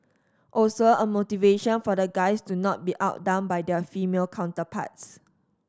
also a motivation for the guys to not be outdone by their female counterparts